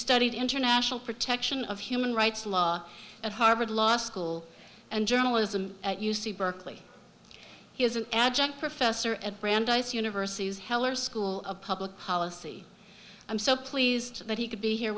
studied international protection of human rights law at harvard law school and journalism at u c berkeley he is an adjunct professor at brandeis university's heller school of public policy i'm so pleased that he could be here